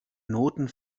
noten